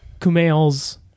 Kumail's